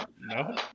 no